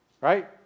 Right